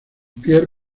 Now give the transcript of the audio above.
pierre